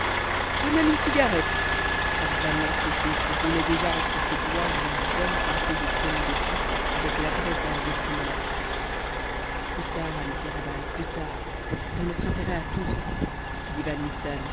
pas même une cigarette ajouta l'entêté qui roulait déjà entre ses doigts une bonne pincée de tombéki avec l'adresse d'un vieux fumeur plus tard ami kéraban plus tard dans notre intérêt à tous dit van